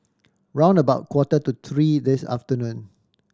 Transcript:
round about quarter to three this afternoon